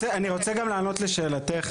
רוצה גם לענות לשאלתך.